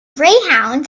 greyhounds